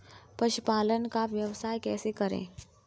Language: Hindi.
पशुपालन का व्यवसाय कैसे करें?